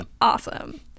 awesome